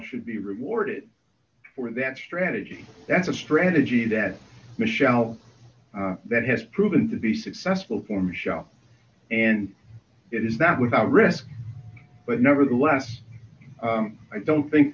should be rewarded for that strategy that's a strategy that michelle that has proven to be successful for michelle and it is not without risk but nevertheless i don't think